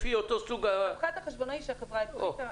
לפי אותו סוג ה --- הפחת החשבונאי שהחברה ה ---.